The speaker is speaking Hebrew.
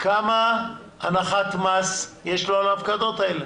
כמה הנחת מס יש לו על ההפקדות האלה?